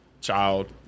child